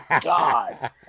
God